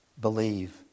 believe